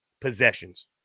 possessions